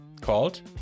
called